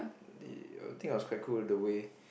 (d) I think it was quite cool with the way